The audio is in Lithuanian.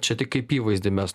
čia tik kaip įvaizdį mes